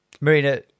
Marina